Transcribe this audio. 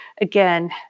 again